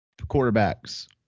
Quarterbacks